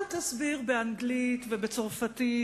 אל תסביר באנגלית ובצרפתית,